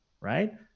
right